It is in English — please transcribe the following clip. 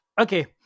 Okay